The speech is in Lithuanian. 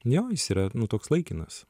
jo jis yra nu toks laikinas